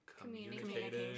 communicating